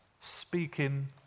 speaking